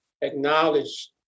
acknowledge